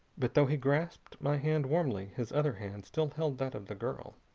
but though he grasped my hand warmly his other hand still held that of the girl,